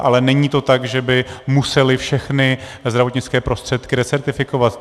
Ale není to tak, že by museli všechny zdravotnické prostředky recertifikovat.